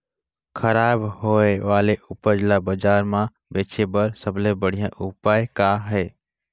खराब होए वाले उपज ल बाजार म बेचे बर सबले बढ़िया उपाय का हे?